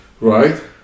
right